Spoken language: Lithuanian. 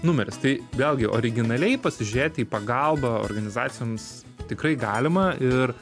numeris tai vėlgi originaliai pasižiūrėti į pagalbą organizacijoms tikrai galima ir